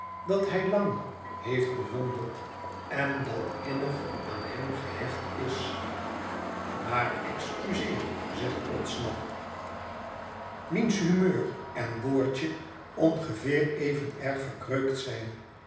dat hij lang heeft bewonderd en dat innig aan hem gehecht is maar excuseer zegt podsnap wiens humeur en boordje ongeveer even ere verkreukt zijn